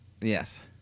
yes